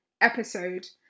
episode